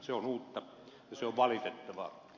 se on uutta ja se on valitettavaa